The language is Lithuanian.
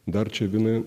dar čia viena